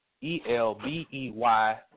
E-L-B-E-Y